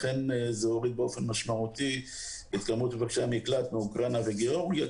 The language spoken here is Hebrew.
לכן זה הוריד באופן משמעותי את מספר מבקשי המקלט מאוקראינה וגיאורגיה.